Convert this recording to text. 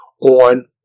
on